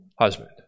husband